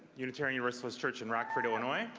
unitarian universalist church in rockford, illinois.